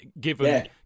given